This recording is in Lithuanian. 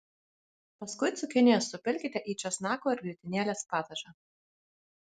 paskui cukinijas supilkite į česnako ir grietinėlės padažą